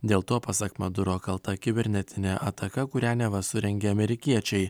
dėl to pasak maduro kalta kibernetinė ataka kurią neva surengė amerikiečiai